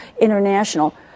international